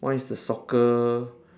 one is the soccer